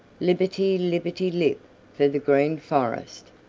lipperty-lipperty-lip, for the green forest.